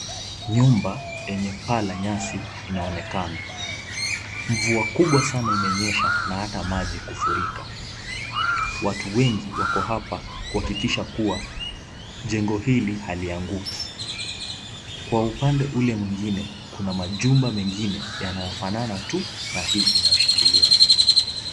Nyumba yenye paa la nyasi inaonekana, mvua kubwa sana imenyesha na hata maji kufurika, watu wengi wako hapa kuhakikisha kuwa jengo hili halianguki, kwa upande ule mwingine kuna majumba mengine yanayofanana tu na hii inayoshikilia.